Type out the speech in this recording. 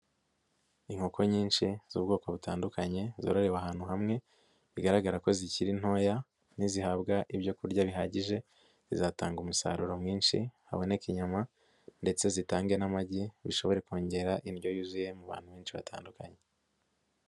Inkoko nyinshi z'ubwoko butandukanye zororewe ahantu hamwe, bigaragara ko zikiri ntoya. Nizihabwa ibyo kurya bihagije, zizatanga umusaruro mwinshi, haboneka inyama ndetse zitange n'amagi, bishobore kongera indyo yuzuye mu bantu benshi batandukanye.